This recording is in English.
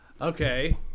Okay